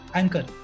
anchor